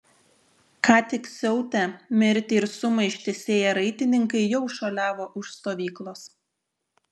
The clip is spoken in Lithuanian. ką tik siautę mirtį ir sumaištį sėję raitininkai jau šuoliavo už stovyklos